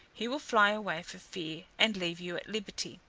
he will fly away for fear, and leave you at liberty.